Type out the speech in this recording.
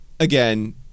again